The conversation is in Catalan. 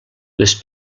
les